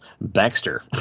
Baxter